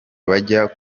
bajyaga